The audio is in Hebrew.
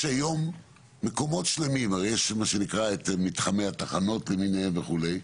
יש היום מה שנקרא מתחמי התחנות למיניהן וכו',